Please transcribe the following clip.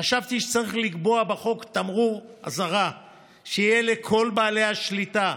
חשבתי שצריך לקבוע בחוק תמרור אזהרה שיהיה לכל בעלי השליטה,